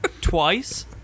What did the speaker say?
Twice